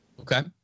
Okay